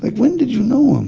like when did you know him?